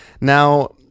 now